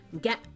get